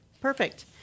Perfect